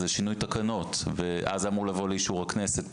זה שינוי תקנות, שאמור לבוא לאישור הכנסת.